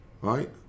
right